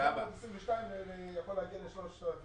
בין 722 ויכול להגיע ל-3,212,